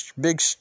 big